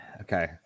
Okay